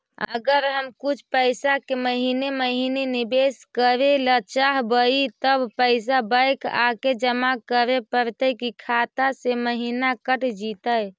अगर हम कुछ पैसा के महिने महिने निबेस करे ल चाहबइ तब पैसा बैक आके जमा करे पड़तै कि खाता से महिना कट जितै?